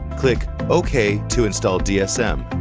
click ok to install dsm.